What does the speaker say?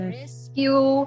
rescue